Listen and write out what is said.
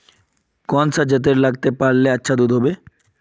कौन सा जतेर लगते पाल्ले अच्छा दूध होवे?